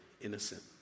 innocent